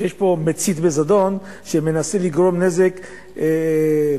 שיש פה מצית בזדון שמנסה לגרום נזק למדינה,